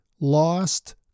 lost